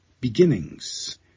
Beginnings